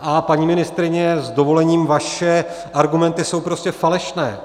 A paní ministryně, s dovolením, vaše argumenty jsou prostě falešné.